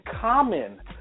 common